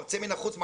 מרצה מן החוץ,